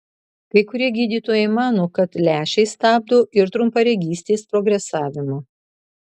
kai kurie gydytojai mano kad lęšiai stabdo ir trumparegystės progresavimą